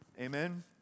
Amen